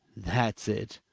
that's it.